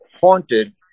haunted